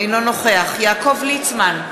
אינו נוכח יעקב ליצמן,